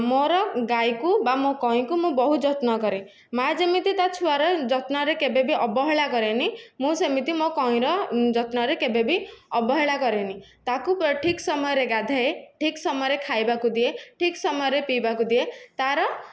ମୋ'ର ଗାଈକୁ ବା ମୋ'ର କଇଁକୁ ମୁଁ ବହୁତ ଯତ୍ନ କରେ ମାଆ ଯେମିତି ତାର ଛୁଆର ଯତ୍ନ କରେ କେବେ ବି ଅବହେଳା କରେନି ମୁଁ ସେମିତି ମୋ' କଇଁର ଯତ୍ନରେ କେବେବି ଅବହେଳା କରେ ନାହିଁ ତାକୁ ଠିକ୍ ସମୟରେ ଗାଧାଏ ଠିକ୍ ସମୟରେ ଖାଇବାକୁ ଦିଏ ଠିକ୍ ସମୟରେ ପିଇବାକୁ ଦିଏ ତା'ର